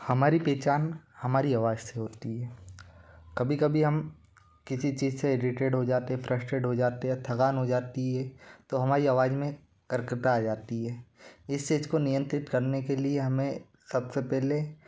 हमारी पहचान हमारी आवाज़ से होती है कभी कभी हम किसी चीज़ से इरिटेट हो जाते हैं फ्रस्ट्रेट हो जाते हैं या थकान हो जाती है तो हमारी आवाज़ में करकता आ जाती है इस चीज़ को नियंत्रित करने के लिए हमें सब से पहले